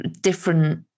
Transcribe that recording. different